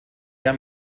der